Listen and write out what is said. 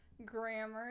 Grammar